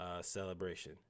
celebration